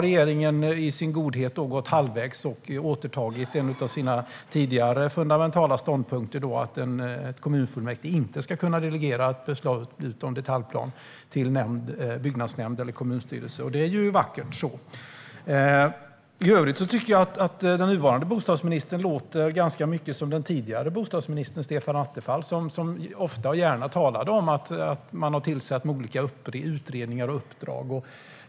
Regeringen har i sin godhet gått halvvägs och återtagit en av sina tidigare fundamentala ståndpunkter om att kommunfullmäktige inte ska kunna delegera förslag utom detaljplan till byggnadsnämnd eller kommunstyrelse. Det är ju vackert så. I övrigt tycker jag att den nuvarande bostadsministern låter ganska mycket som den tidigare bostadsministern Stefan Attefall. Han talade ofta och gärna om att man tillsatt olika utredningar och uppdrag.